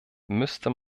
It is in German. müsste